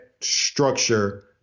structure